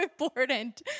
important